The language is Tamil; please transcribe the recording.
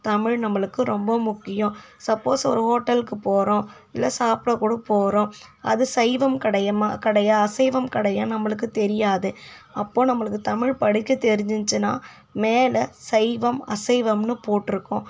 தமிழ் நம்மளுக்கு ரொம்ப முக்கியம் சப்போஸ் ஒரு ஹோட்டலுக்கு போகிறோம் இல்லை சாப்பிட கூட போகிறோம் அது சைவம் கடையமா கடையா அசைவம் கடையானு நம்மளுக்கு தெரியாது அப்போ நம்மளுக்கு தமிழ் படிக்க தெரிஞ்சுச்சுனா மேலே சைவம் அசைவம்னு போட்டிருக்கும்